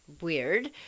weird